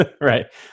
Right